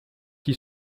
qui